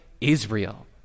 israel